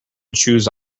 choose